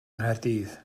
nghaerdydd